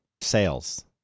sales